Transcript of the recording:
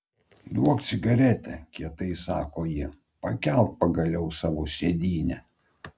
duok cigaretę kietai sako ji pakelk pagaliau savo sėdynę